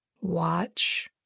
Watch